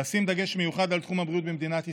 לשים דגש מיוחד על תחום הבריאות במדינת ישראל.